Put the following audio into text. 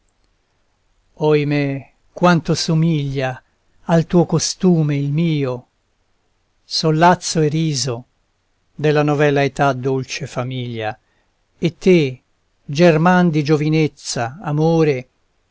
fiore oimè quanto somiglia al tuo costume il mio sollazzo e riso della novella età dolce famiglia e te german di giovinezza amore